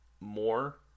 more